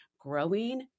growing